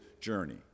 journey